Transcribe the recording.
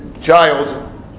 child